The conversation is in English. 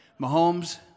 Mahomes